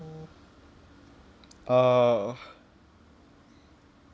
uh